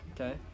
Okay